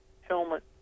helmet